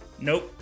Nope